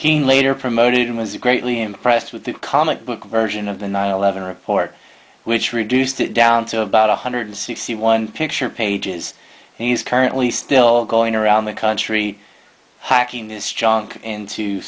king later promoted and was greatly impressed with the comic book version of the nine eleven report which reduced it down to about one hundred sixty one picture pages and he's currently still going around the country hacking this junk